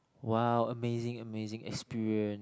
!wow! amazing amazing experience